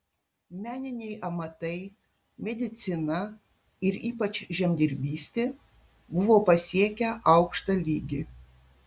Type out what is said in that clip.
meniniai amatai medicina ir ypač žemdirbystė buvo pasiekę aukštą lygį